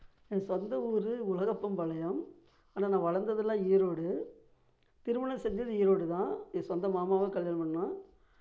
என் சொந்த ஊர் உலகப்பம்பாளையம் ஆனால் நான் வளர்ந்துதெல்லாம் ஈரோடு திருமணம் செஞ்சது ஈரோடு தான் என் சொந்த மாமாவை கல்யாணம் பண்ணோம்